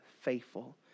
faithful